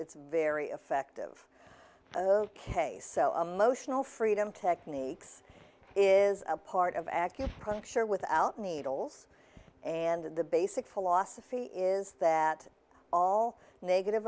it's very effective case motional freedom techniques is a part of acupuncture without needles and the basic philosophy is that all negative